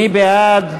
מי בעד?